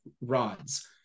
rods